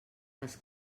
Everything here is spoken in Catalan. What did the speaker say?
les